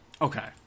Okay